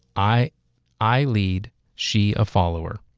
i i lead, she, a follower.